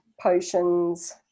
potions